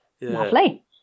Lovely